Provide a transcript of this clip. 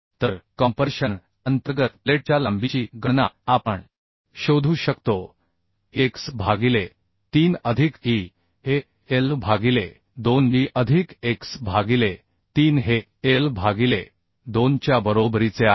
तर कॉम्परेशन अंतर्गत प्लेटच्या लांबीची गणना आपणशोधू शकतो की x भागिले 3 अधिक e हे l भागिले 2 e अधिक x भागिले 3 हे l भागिले 2 च्या बरोबरीचे आहे